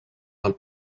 del